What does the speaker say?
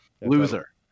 Loser